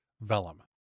Vellum